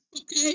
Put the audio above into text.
Okay